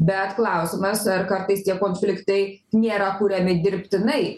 bet klausimas ar kartais tie konfliktai nėra kuriami dirbtinai